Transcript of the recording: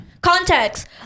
Context